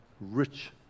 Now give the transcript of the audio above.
rich